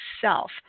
self